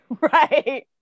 Right